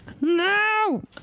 No